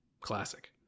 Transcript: classic